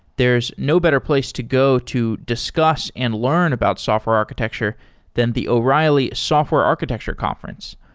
there's no better place to go to discuss and learn about software architecture than the o'reilly software architecture conference,